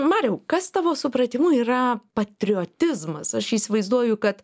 mariau kas tavo supratimu yra patriotizmas aš įsivaizduoju kad